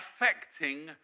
affecting